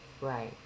right